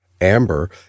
Amber